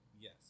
Yes